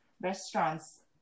restaurants